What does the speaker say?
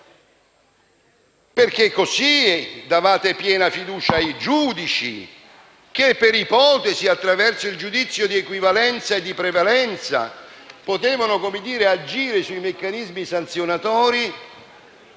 perché così si sarebbe data piena fiducia ai giudici che per ipotesi, attraverso il giudizio di equivalenza e prevalenza, possono agire sui meccanismi sanzionatori